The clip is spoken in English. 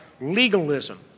legalism